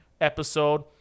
episode